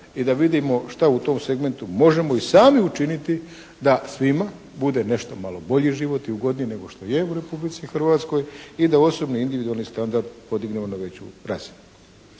i da vidimo šta u tom segmentu možemo i sami učiniti da svima bude nešto malo bolji život i ugodniji nego što je u Republici Hrvatskoj i da osobni i individualni standard podignemo na veću razinu.